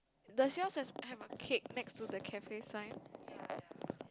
does yours has carrot cake next to the cafe sign